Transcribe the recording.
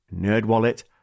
NerdWallet